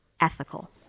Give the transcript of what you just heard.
ethical